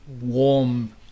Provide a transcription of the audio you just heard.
warm